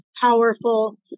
powerful